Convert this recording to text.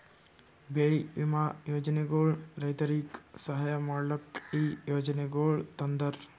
ಬೆಳಿ ವಿಮಾ ಯೋಜನೆಗೊಳ್ ರೈತುರಿಗ್ ಸಹಾಯ ಮಾಡ್ಲುಕ್ ಈ ಯೋಜನೆಗೊಳ್ ತಂದಾರ್